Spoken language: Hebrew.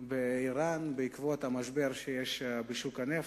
באירן בעקבות המשבר שיש בשוק הנפט,